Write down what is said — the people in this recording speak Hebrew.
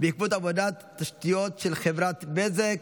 וגם מאז,